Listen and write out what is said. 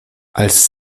als